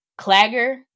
Clagger